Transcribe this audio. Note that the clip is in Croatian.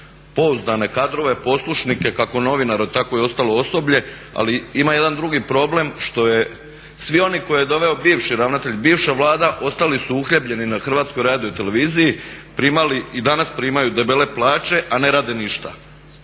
pouzdane kadrove, poslušnike kako novinara tako i ostalo osoblje. Ali Ima jedan drugi problem, što je svi oni koje je doveo bivši ravnatelj, bivša Vlada, ostali su uhljebljeni na HRT-u i danas primaju debele plaće, a ne rade ništa.